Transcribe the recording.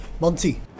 Monty